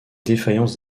défaillance